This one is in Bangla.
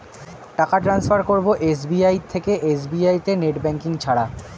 টাকা টান্সফার করব এস.বি.আই থেকে এস.বি.আই তে নেট ব্যাঙ্কিং ছাড়া?